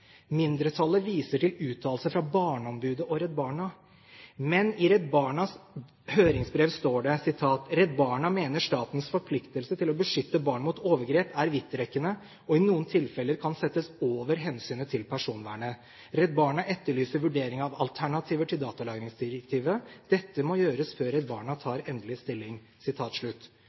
Mindretallet viser til uttalelser fra barneombudet og Redd Barna. Men i Redd Barnas høringsbrev står det: «Redd Barna mener statens forpliktelse til å beskytte barn mot overgrep er vidtrekkende og i noen tilfeller kan settes over hensynet til personvernet.» Redd Barna «etterlyser vurderinger av alternativer til datalagringsdirektivet». De sier videre: «Dette må gjøres før Redd Barna endelig tar stilling